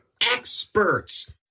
experts